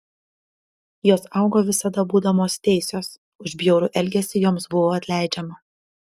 jos augo visada būdamos teisios už bjaurų elgesį joms buvo atleidžiama